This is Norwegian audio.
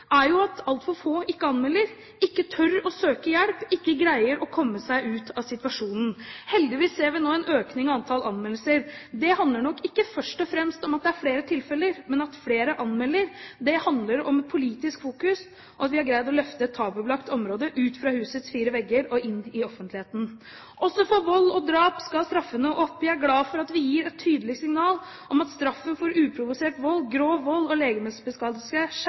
er jo at altfor mange ikke anmelder, ikke tør å søke hjelp og ikke greier å komme seg ut av situasjonen. Heldigvis ser vi nå en økning i antall anmeldelser. Det handler nok ikke først og fremst om at det er flere tilfeller, men at flere anmelder. Det handler om politisk fokus, og at vi har greid å løfte et tabubelagt område ut fra husets fire vegger og inn i offentligheten. Også for vold og drap skal straffene opp. Jeg er glad for at vi gir et tydelig signal om at straffen for uprovosert vold, grov vold og